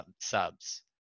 subs